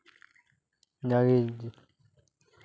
ᱡᱟᱜᱮ